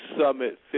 Summit